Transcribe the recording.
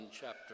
chapter